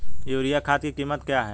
Urea खाद की कीमत क्या है?